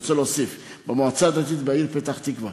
אני רוצה להוסיף: במועצה הדתית בעיר פתח-תקווה